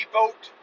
vote